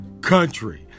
country